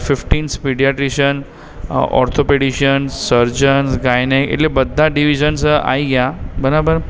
fifteen paediatrician orthopaedicians surgeons gynaec એટલે બધા divisions આવી ગયાં બરાબર